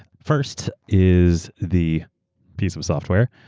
first is the piece of software,